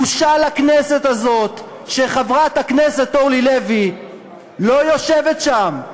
בושה לכנסת הזו שחברת הכנסת אורלי לוי לא יושבת שם.